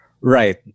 Right